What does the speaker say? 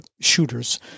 shooters